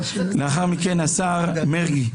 לאחר מכן השר מרגי,